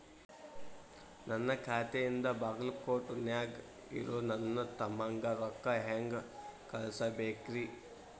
ನನ್ನ ಖಾತೆಯಿಂದ ಬಾಗಲ್ಕೋಟ್ ನ್ಯಾಗ್ ಇರೋ ನನ್ನ ತಮ್ಮಗ ರೊಕ್ಕ ಹೆಂಗ್ ಕಳಸಬೇಕ್ರಿ?